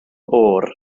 oer